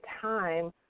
time